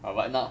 but what now